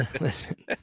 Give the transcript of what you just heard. listen